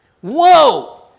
Whoa